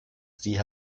sie